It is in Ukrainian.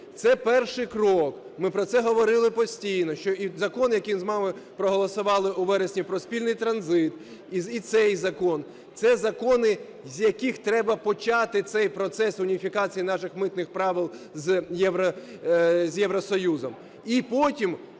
Це перший крок, ми про це говорили постійно, що закон, який ми з вами проголосували у вересні про спільний транзит, і цей закон – це закони, з яких треба почати цей процес уніфікації наших митних правил з Євросоюзом. І потім,